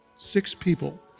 six people.